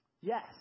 yes